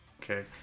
okay